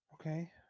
Okay